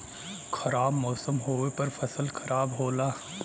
खराब मौसम होवे पर फसल खराब होला